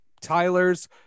Tyler's